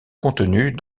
contenus